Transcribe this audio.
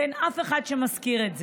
ואין אף אחד שמזכיר את זה.